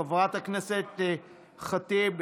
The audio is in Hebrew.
חברת הכנסת ח'טיב,